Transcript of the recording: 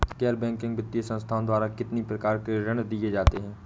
गैर बैंकिंग वित्तीय संस्थाओं द्वारा कितनी प्रकार के ऋण दिए जाते हैं?